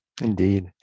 Indeed